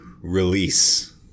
release